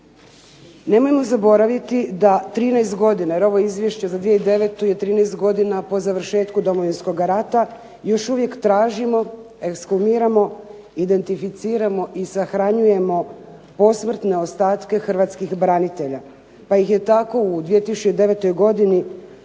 Nemojmo zaboraviti da 13 godina, jer ovo Izvješće za 2009. je 13 godina po završetku Domovinskoga rata još uvijek tražimo, ekshumiramo, identificiramo i sahranjujemo posmrtne ostatke hrvatskih branitelja, pa ih je tako u 2009. godini